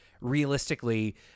realistically